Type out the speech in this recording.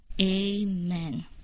Amen